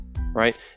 right